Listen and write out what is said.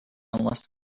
unless